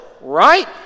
right